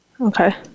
Okay